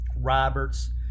Roberts